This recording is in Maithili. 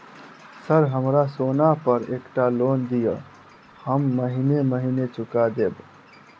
सर हमरा सोना पर एकटा लोन दिऽ हम महीने महीने चुका देब?